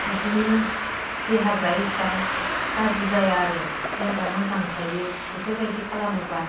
बिदिनो देहाफ्रा इसां गाज्रि जाया आरो देहाफ्रा मोजां थायो बेफोरबायदि खालामोब्ला